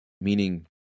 meaning